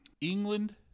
England